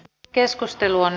n keskustelu on